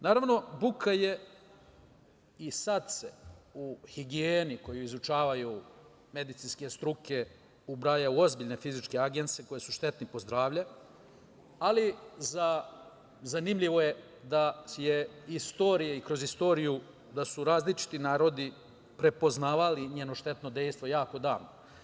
Naravno, buka je i sada se u higijeni koju izučavaju medicinske struke, ubraja u ozbiljne fizičke agense koji su štetni po zdravlje, ali zanimljivo je da su kroz istoriju različiti narodi prepoznavali njeno štetno dejstvo jako davno.